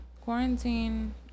Quarantine